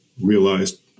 realized